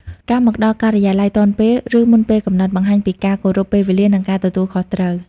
ការមកដល់ការិយាល័យទាន់ពេល ឬមុនពេលកំណត់ បង្ហាញពីការគោរពពេលវេលា និងការទទួលខុសត្រូវ។